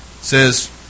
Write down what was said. says